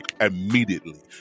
immediately